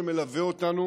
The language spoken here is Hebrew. שמלווה אותנו